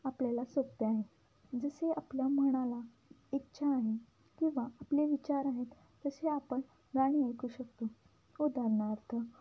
आपल्याला सोप्पे आहे जसे आपल्या मनाला इच्छा आहे किंवा आपले विचार आहेत तसे आपण गाणी ऐकू शकतो उदाहरणार्थ